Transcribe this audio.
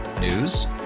News